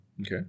Okay